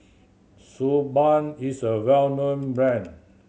Suu Balm is a well known brand